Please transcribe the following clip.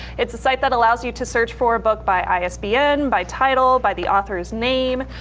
it's a site that allows you to search for a book by isbn, by title, by the author's name.